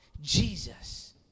Jesus